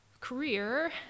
career